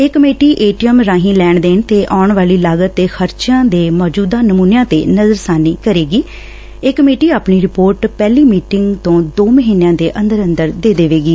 ਇਹ committee A T M ਰਾਹੀਂ ਲੈਣ ਦੇਣ ਤੇ ਆਉਣ ਵਾਲੀ ਲਾਗਤ ਤੇ ਖਰਚਿਆਂ ਦੇ ਮੌਜੁਦਾ ਨਮੁਨਿਆਂ ਤੇ ਨਜ਼ਰਸਾਨੀ ਕਰੇਗੀ ਇਹ ਕਮੇਟੀ ਆਪਣੀ ਰਿਪੋਰਟ ਪਹਿਲੀ ਮੀਟਿੰਗ ਤੋਂ ਦੋ ਮਹੀਨਿਆਂ ਦੇ ਅੰਦਰ ਦੇ ਦੇਵੇਗੀ